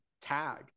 tag